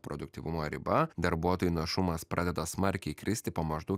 produktyvumo riba darbuotojų našumas pradeda smarkiai kristi po maždaug